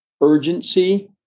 urgency